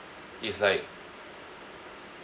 it's like